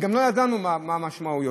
גם לא ידענו מה המשמעויות.